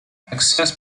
access